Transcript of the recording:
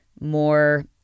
more